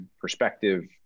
perspective